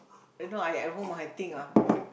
if not I at home I think ah